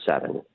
seven